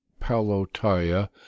palotaya